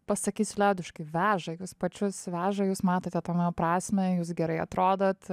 pasakysiu liaudiškai veža jus pačius veža jūs matote tame prasmę jūs gerai atrodot